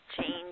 change